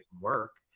work